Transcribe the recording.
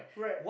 right